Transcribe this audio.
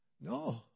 No